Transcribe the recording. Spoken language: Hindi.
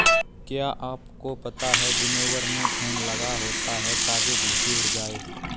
क्या आपको पता है विनोवर में फैन लगा होता है ताकि भूंसी उड़ जाए?